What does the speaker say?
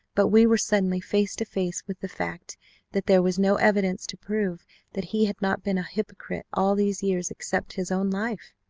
but we were suddenly face to face with the fact that there was no evidence to prove that he had not been a hypocrite all these years except his own life.